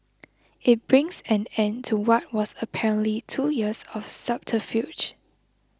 it brings an end to what was apparently two years of subterfuge